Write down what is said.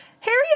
Harry